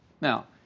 Now